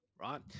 right